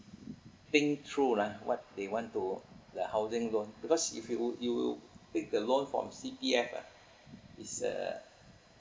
think through lah what they want to the housing loan because if you you pick the loan from C_P_F ah it's uh